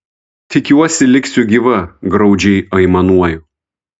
tikiuosi liksiu gyva graudžiai aimanuoju